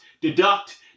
deduct